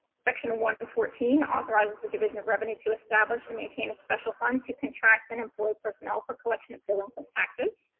section and one hundred and fourteen authorizes the division of revenue to establish and maintain a special fund to contract and employ personnel for collection of delinquent taxes.